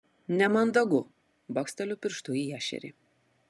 nemandagu baksteliu pirštu į ešerį